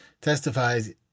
testifies